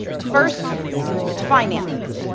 the first is finances.